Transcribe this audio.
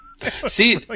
see